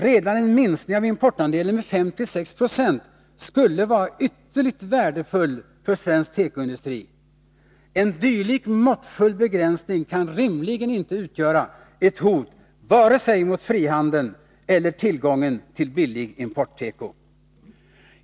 Redan en minskning av importandelen med 5-6 90 skulle vara ytterligt värdefull för svensk tekoindustri. En dylik måttfull begränsning kan rimligen inte utgöra ett hot mot vare sig frihandel eller tillgången till billig importteko.